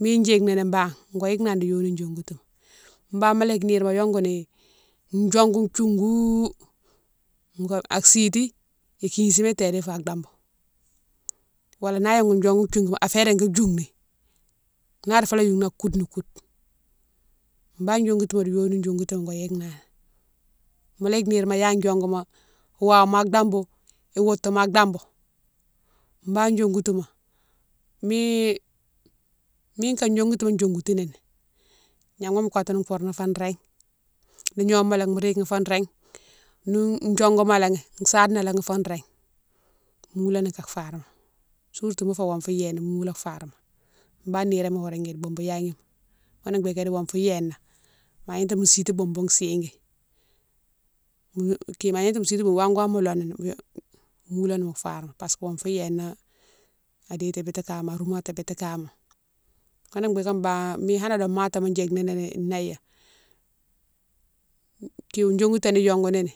mi djike ni bane go yike nani di yoni diongoutouma, bane mola yike nirema yongouni diongou diougou, asiti, ikisima tédi fa dambou, wala na yongouni diongou diougouma afé régui djoumni, na di foula youm ni akoude ni koude, bane diongoutouma di yoni diongoutouma go yike nani. Mola yike nirema ya diongouma wahouma a dambou, woutouma a dambou bane diongoutouma mi mine ka diongoutouma diongoutouni gnama mo kotouni foure ni fo ringue ni gnomalé mo rike ni fo ringue ni diongoumalé, sade nalé fo ringue moula ni ka farma surtout ni mo fé wonfou yéde na, mo moulé farma bane niroma iwa riguide boubou yaguima, ghounné bigué idi wonfou yéde na ma gnata mo siti boubou sigui, ma gnata mo siti wame o wame mo lo ni mo moulani mo farma parce que wonfou yéde na a déti biti kama, aroumati biti kama, ghounné bigué bane mine hanne domatima djike nini né ya, diongouta hi yongouni ni.